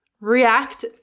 React